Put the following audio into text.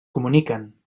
comuniquen